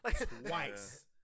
Twice